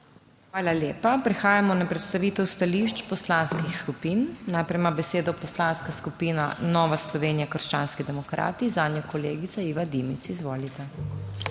Hvala lepa. Prehajamo na predstavitev stališč poslanskih skupin. Najprej ima besedo Poslanska skupina Nova Slovenija - krščanski demokrati, zanjo kolegica Iva Dimic. Izvolite.